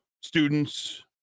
students